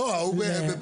לא, הוא בפאניקה.